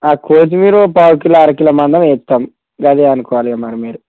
కొత్తిమీర పావుకిలో అరకిలో మందం వేయిస్తాం అదే అనుకోవాలి మరి మీరు